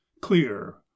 Clear